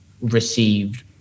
received